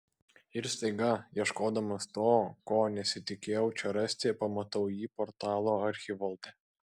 ir staiga ieškodamas to ko nesitikėjau čia rasti pamatau jį portalo archivolte